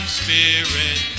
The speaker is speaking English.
spirit